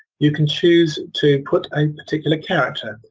you can choose to put a particular character,